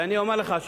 ואני אומר לך,